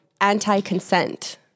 anti-consent